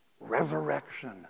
resurrection